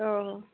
अ